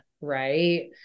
Right